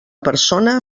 persona